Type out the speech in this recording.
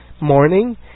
morning